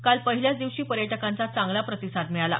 काल पहिल्याच दिवशी पर्यटकांचा चांगला प्रतिसाद मिळाला